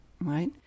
right